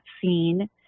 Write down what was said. scene